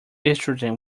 estrogen